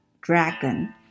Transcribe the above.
dragon